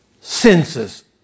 senses